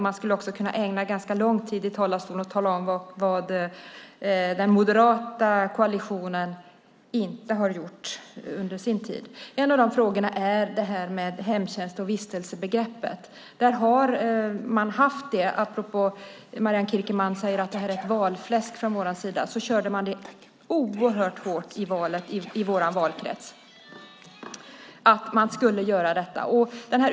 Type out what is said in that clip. Jag skulle också kunna ägna ganska lång tid i talarstolen åt att tala om vad den moderata koalitionen inte har gjort under sin regeringstid. En av frågorna är det här med hemtjänst och vistelsebegreppet. Marianne Kierkemann säger att det är valfläsk från vår sida, men det här var något som drevs oerhört hårt inför valet i vår valkrets.